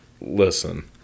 Listen